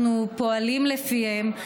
אנחנו פועלים לפיהן.